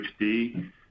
HD